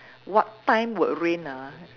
what time will rain ah